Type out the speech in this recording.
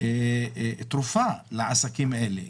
תרופה לעסקים האלה,